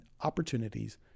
opportunities